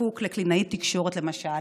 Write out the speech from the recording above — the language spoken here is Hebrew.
שזקוק לקלינאית תקשורת, למשל,